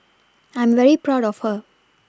I'm very proud of her